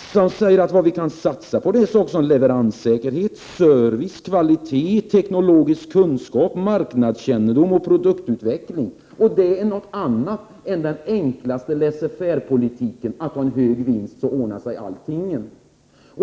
och som säger att vad vi kan satsa på är sådant som leveranssäkerhet, service, kvalitet, teknologisk kunskap, marknadskännedom och produktutveckling. Det är någonting annat än den enklaste laisser faire-politiken: att har man en hög vinst, så ordnar sig allting.